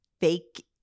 fake